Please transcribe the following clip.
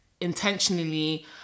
intentionally